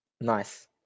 Nice